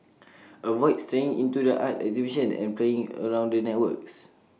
avoid straying into the art exhibitions and playing around the artworks